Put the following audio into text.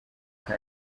kdi